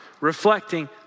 reflecting